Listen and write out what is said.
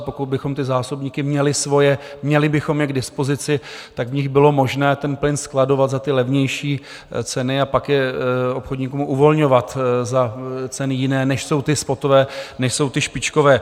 Pokud bychom ty zásobníky měli svoje, měli bychom je k dispozici, tak v nich bylo možné ten plyn skladovat za ty levnější ceny a pak je obchodníkům uvolňovat za ceny jiné, než jsou ty spotové, než jsou ty špičkové.